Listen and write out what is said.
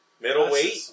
Middleweight